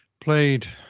played